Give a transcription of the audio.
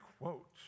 quote